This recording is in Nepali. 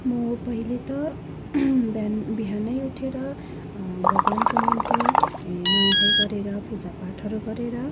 म पहिले त बिहान बिहानै उठेर भगवानको निम्ति नुहाईधुवाई गरेर पूजापाठहरू गरेर